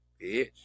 bitch